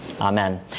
Amen